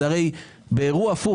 הרי באירוע הפוך,